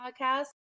podcast